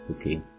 okay